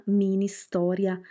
mini-storia